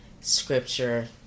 scripture